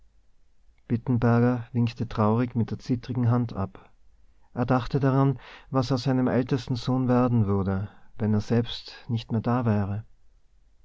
bittenberger winkte traurig mit der zittrigen hand ab er dachte daran was aus seinem ältesten sohn werden würde wenn er selbst nicht mehr da wäre